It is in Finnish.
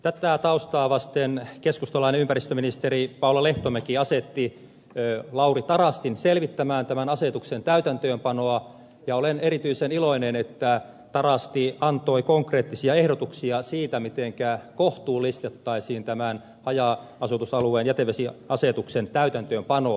tätä taustaa vasten keskustalainen ympäristöministeri paula lehtomäki asetti lauri tarastin selvittämään tämän asetuksen täytäntöönpanoa ja olen erityisen iloinen että tarasti antoi konkreettisia ehdotuksia siitä mitenkä kohtuullistettaisiin tämän haja asutusalueiden jätevesiasetuksen täytäntöönpanoa